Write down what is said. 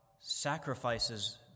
sacrifices